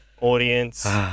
audience